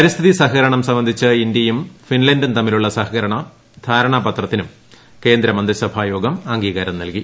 പരിസ്ഥിതിസഹകരണം സംബന്ധിച്ച് ഇന്ത്യയും ഫിൻലൻഡും തമ്മി ലുള്ള സഹകരണ ധാരണാപത്രത്തിനും കേന്ദ്ര മന്ത്രിസഭാ യോഗം അംഗീകാരം നൽകി